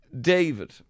David